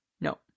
No